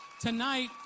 Tonight